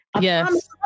Yes